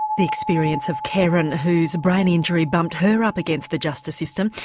the experience of kerrin, whose brain injury bumped her up against the justice system.